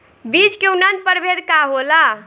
बीज के उन्नत प्रभेद का होला?